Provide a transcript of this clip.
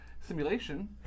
simulation